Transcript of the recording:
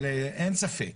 אין ספק.